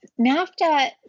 nafta